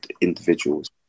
individuals